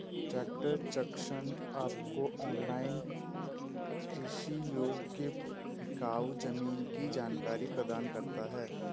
tractor Junction आपको online कृषि योग्य बिकाऊ जमीन की जानकारी प्रदान करता है